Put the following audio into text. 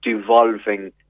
devolving